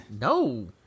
No